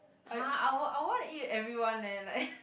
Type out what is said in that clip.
!huh! I want I want to eat with everyone leh like